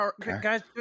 Guys